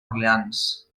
orleans